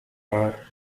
are